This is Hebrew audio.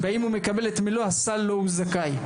והאם הוא מקבל את מלוא הסל לו הוא זכאי?